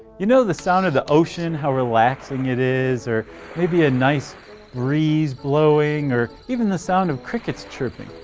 you know the sound of the ocean? how relaxing it is, or maybe a nice breeze blowing, or even the sound of crickets chirping,